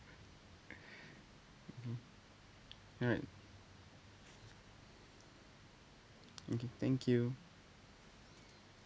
mm alright okay thank you